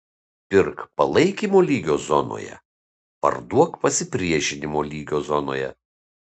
pirk palaikymo lygio zonoje parduok pasipriešinimo lygio zonoje